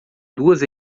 duas